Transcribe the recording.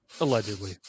Allegedly